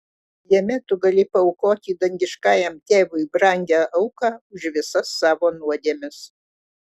jame tu gali paaukoti dangiškajam tėvui brangią auką už visas savo nuodėmes